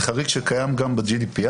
זה חריג שקיים גם ב-GDPR.